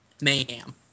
Mayhem